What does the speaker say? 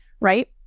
right